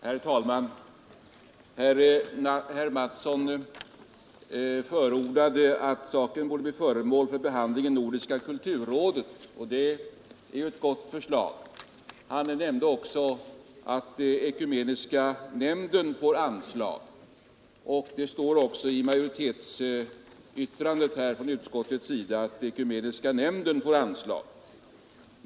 Herr talman! Herr Mattsson förordade att saken skulle bli föremål för behandling i Nordiska kulturrådet, och det är ju ett gott förslag. Han nämnde också att ekumeniska nämnden får anslag, något som också framhålles i utskottets majoritetsskrivning.